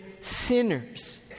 sinners